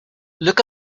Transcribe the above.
look